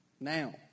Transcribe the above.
now